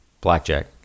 Blackjack